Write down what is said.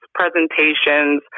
presentations